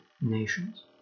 nations